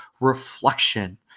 Reflection